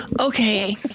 Okay